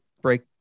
break